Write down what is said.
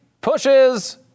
pushes